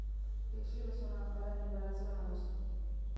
देशी लसूण आकाराने बराच लहान असतो